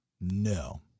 no